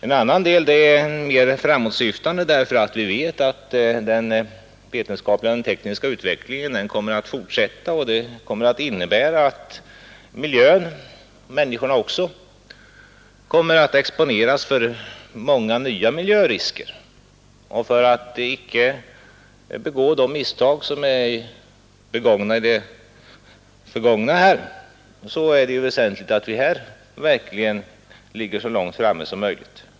En annan del av forskningen är mera framåtsyftande, eftersom vi vet att den vetenskapliga och den tekniska utvecklingen kommer att fortsätta. Denna utveckling kommer att innebära att miljön — och människorna också — kommer att exponeras för många nya miljörisker. För att icke göra om samma misstag som har begåtts i det förgångna är det väsentligt att vi verkligen ligger så långt framme som möjligt.